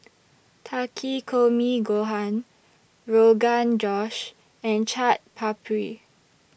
Takikomi Gohan Rogan Josh and Chaat Papri